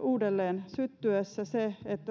uudelleen syttyessä se että